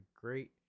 great